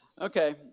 okay